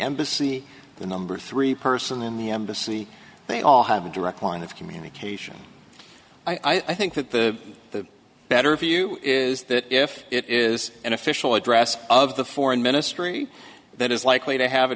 embassy the number three person in the embassy they all have a direct line of communication i think that the the better view is that if it is an official address of the foreign ministry that is likely to have a